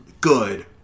good